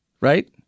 Right